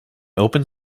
open